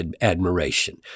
admiration